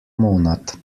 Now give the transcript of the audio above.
monat